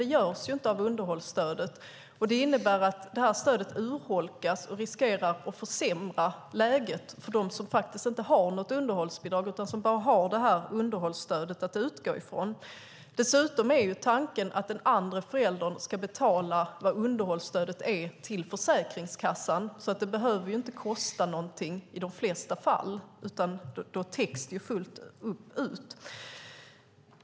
Det görs dock inte av underhållsstödet, och det innebär att stödet urholkas. Det riskerar att försämra läget för dem som inte har något underhållsbidrag utan bara har underhållsstödet att utgå ifrån. Dessutom är tanken att den andra föräldern ska betala vad underhållsstödet är till Försäkringskassan. Det behöver alltså inte kosta någonting i de flesta fall, utan det täcks fullt ut.